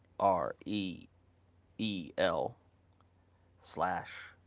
r e e l slash